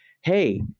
hey